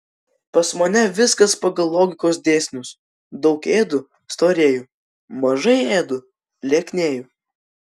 pas mane viskas pagal logikos dėsnius daug ėdu storėju mažai ėdu lieknėju